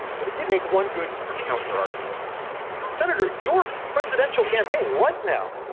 but he did make one good counterargument senator, your presidential campaign right now,